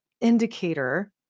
indicator